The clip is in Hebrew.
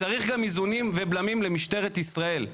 צריך גם איזונים ובלמים למשטרת ישראל,